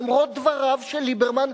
למרות דבריו של ליברמן,